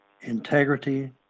Integrity